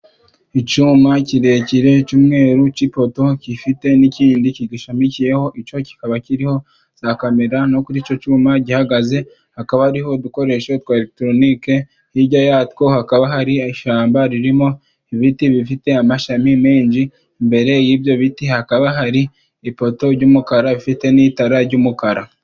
Icyuma kirekire cy'umweru c'ipoto gifite n'ikindi kishamikiyeho, icyo kikaba kiriho za camera no kuri icyo cyuma gihagaze hakaba hari udukoresho twa eregitoronike, hirya yatwo hakaba hari ishyamba ririmo ibiti bifite amashami menshi, imbere y'ibyo biti hakaba hari ipoto ry'umukara rifite n'itara ry'umukara.